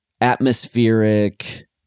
atmospheric